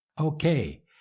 Okay